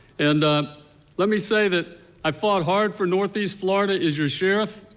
and let me say that i fought hard for northeast florida as your sheriff,